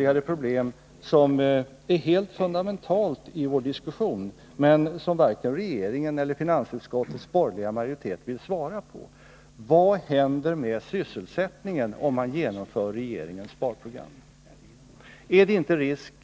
En annan fråga, som är helt fundamental i vår diskussion men som varken regeringen eller finansutskottets borgerliga majoritet vill svara på, är: Vad händer med sysselsättningen, om regeringens sparprogram genomförs? Är det inte risk